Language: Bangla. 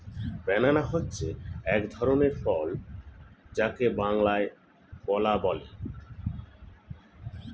ব্যানানা হচ্ছে এক ধরনের ফল যাকে বাংলায় কলা বলে